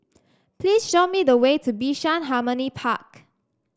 please show me the way to Bishan Harmony Park